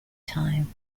time